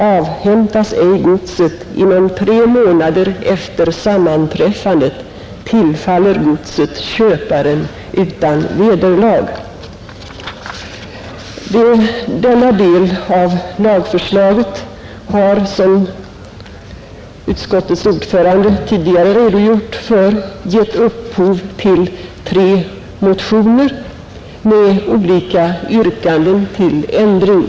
Avhämtas ej godset inom tre månader efter sammanträffandet, tillfaller godset köparen utan vederlag.” Denna del av lagförslaget har, som utskottets ordförande tidigare redogjort för, givit upphov till tre motioner med olika yrkanden om ändring.